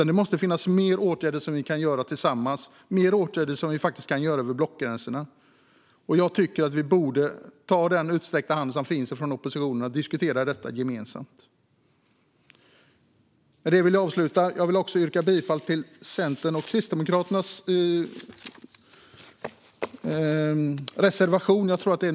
Det måste finnas fler åtgärder som vi tillsammans kan vidta, fler åtgärder som vi faktiskt kan vidta över blockgränserna. Jag tycker att man borde ta den utsträckta hand som finns från oppositionen och diskutera detta gemensamt. Jag yrkar bifall till Centerns och Kristdemokraternas reservation 7.